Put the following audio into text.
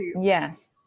Yes